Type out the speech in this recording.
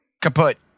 kaput